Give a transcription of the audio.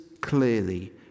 clearly